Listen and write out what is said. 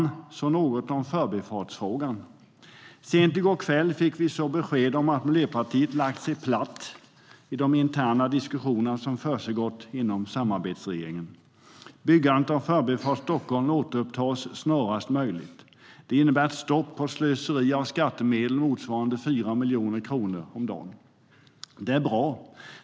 Så vill jag säga något om Förbifartsfrågan.Sent i går kväll fick vi så besked om att Miljöpartiet lagt sig platt i de interna diskussioner som försiggått inom samarbetsregeringen. Byggandet av Förbifart Stockholm återupptas snarast möjligt. Det innebär ett stopp på slöseriet med skattemedel motsvarande 4 miljoner kronor om dagen.